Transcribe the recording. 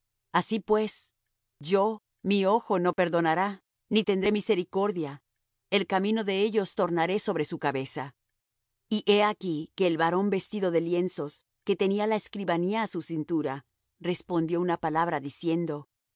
así pues yo mi ojo no perdonará ni tendré misericordia el camino de ellos tornaré sobre su cabeza y he aquí que el varón vestido de lienzos que tenía la escribanía á su cintura respondió una palabra diciendo